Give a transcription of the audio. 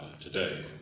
today